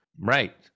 Right